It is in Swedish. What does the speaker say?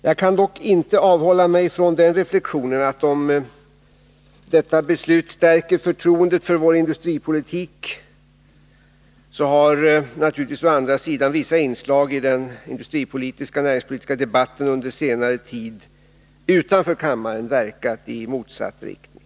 Jag kan dock inte avhålla mig från den reflexionen att om detta beslut stärker förtroendet för vår industripolitik, så har naturligtvis å andra sidan vissa inslag i den industripolitiska och näringspolitiska debatten utanför kammaren under senare tid verkat i motsatt riktning.